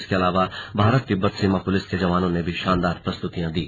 इसके अलावा भारत तिब्बत सीमा पुलिस के जवानों ने भी शानदार प्रस्तुति दी